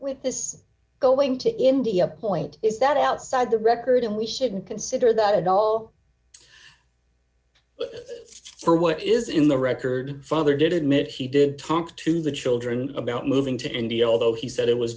with this going to india point is that outside the record and we shouldn't consider that at all for what is in the record father did admit he did top to the children about moving to india although he said it was